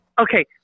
Okay